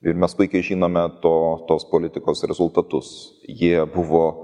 ir mes puikiai žinome to tos politikos rezultatus jie buvo